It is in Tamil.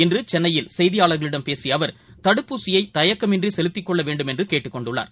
இன்றுசென்னையில் செய்தியாளர்களிடம் பேசியஅவர் தடுப்பூசியைதயக்கமின்றிசெலுத்திக் கொள்ளவேண்டுமென்றுகேட்டுக் கொண்டுள்ளார்